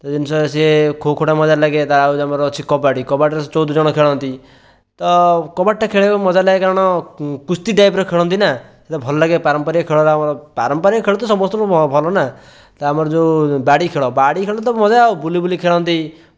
ତ ଜିନିଷଟା ସିଏ ଖୋଖୋଟା ମଜା ଲାଗେ ଆଉ ତାଙ୍କର ଅଛି କବାଡ଼ି କବାଡ଼ିରେ ଚଉଦ ଜଣ ଖେଳନ୍ତି ତ କବାଡ଼ିଟା ଖେଳିବା ପାଇଁ ମଜା ଲାଗେ କାରଣ କୁସ୍ତି ଟାଇପର ଖେଳନ୍ତି ନା ତ ଭଲ ଲାଗେ ପାରମ୍ପରିକ ଖେଳଟା ଆମର ପାରମ୍ପରିକ ଖେଳ ତ ସମସ୍ତଙ୍କୁ ଭଭଲ ନା ତା ପରେ ଯେଉଁ ବାଡ଼ି ଖେଳ ବାଡ଼ି ଖେଳ ତ ମଜା ଆଉ ବୁଲି ବୁଲି ଖେଳନ୍ତି